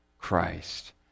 christ